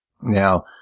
Now